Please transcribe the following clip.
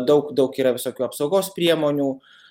daug daug yra visokių apsaugos priemonių